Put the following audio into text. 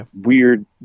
weird